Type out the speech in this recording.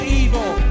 evil